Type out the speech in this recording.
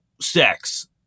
sex